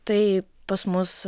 tai pas mus